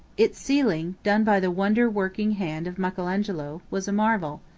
its ceiling, done by the wonder-working hand of michael angelo, was a marvel.